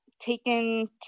taken